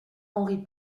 henri